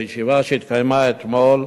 בישיבה שהתקיימה אתמול